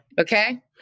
Okay